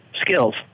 skills